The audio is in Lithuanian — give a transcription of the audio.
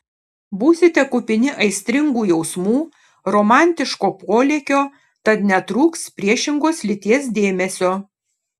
būsite kupini aistringų jausmų romantiško polėkio tad netrūks priešingos lyties dėmesio